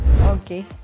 Okay